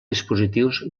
dispositius